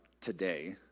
today